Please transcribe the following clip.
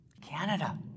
Canada